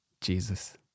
Jesus